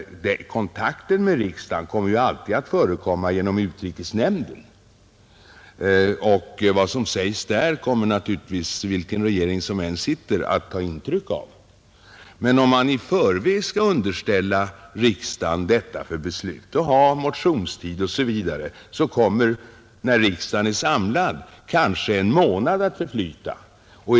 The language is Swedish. Kontakter med riksdagen kommer ju alltid att förekomma genom utrikesnämnden. Vad som sägs där kommer naturligtvis vilken regering som än sitter att ta intryck av. Men om regeringen i förväg skall underställa riksdagen ett förslag kommer — med motionstid och utskottsbehandling — kanske en månad att förflyta, även om riksdagen är samlad.